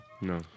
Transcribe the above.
No